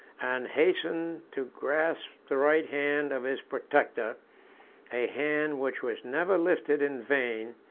and hastened to grasp the right hand of his protector a hand which was never lifted in vain,